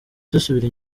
dusubira